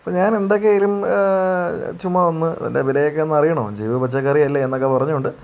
അപ്പം ഞാനെന്തൊക്കെ ആയാലും ചുമ്മാ ഒന്ന് അതിൻ്റെ വിലയൊക്കെ ഒന്ന് അറിയണോ ജൈവപച്ചക്കറിയല്ലേ എന്നൊക്കെ പറഞ്ഞുകൊണ്ട്